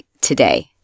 today